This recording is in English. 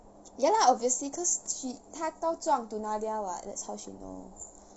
ya lah obviously cause she 她告状 to nadia [what] that's how she know